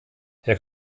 herr